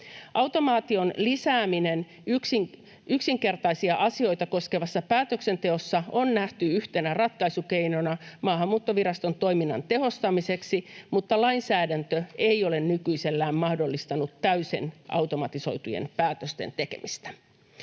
Automaation lisääminen yksinkertaisia asioita koskevassa päätöksenteossa on nähty yhtenä ratkaisukeinona Maahanmuuttoviraston toiminnan tehostamiseksi, mutta lainsäädäntö ei ole nykyisellään mahdollistanut täysin automatisoitujen päätösten tekemistä.